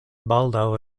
baldaŭ